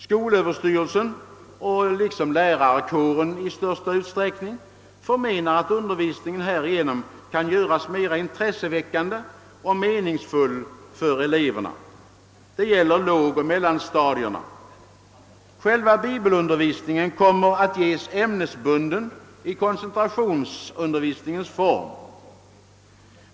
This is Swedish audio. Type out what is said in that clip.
Skolöverstyrelsen liksom i mycket stor utsträckning lärarkåren menar att undervisningen härigenom kan göras mer intresseväckande och meningsfull för eleverna. Detta gäller lågoch mellanstadiet. Själva bibelundervisningen kommer att ges ämnesbunden i koncentrationsundervisningens form.